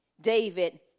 David